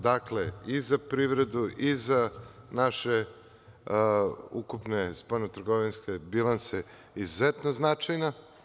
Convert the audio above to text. Dakle, i za privredu i za naše ukupne spoljno-trgovinske bilanse izuzetno značajna.